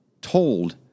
told